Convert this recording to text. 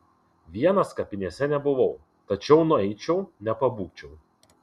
vienas kapinėse nebuvau tačiau nueičiau nepabūgčiau